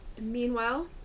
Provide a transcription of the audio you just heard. meanwhile